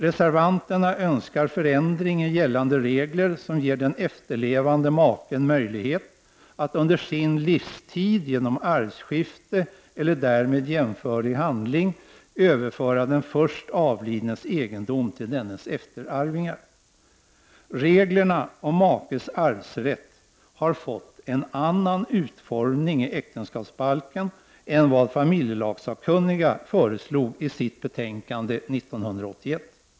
Reservanterna önskar en ändring i gällande regler så att den efterlevande maken får möjlighet att under sin livstid genom arvskifte eller därmed jämförlig handling överföra den först avlidnes egendom till dennes efterarvingar. Reglerna om makes arvsrätt har fått en annan utformning i äktenskapsbalken än vad familjelagssakkunniga föreslog i sitt betänkande 1981.